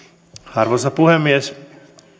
arvoisa puhemies